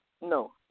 No